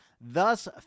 Thus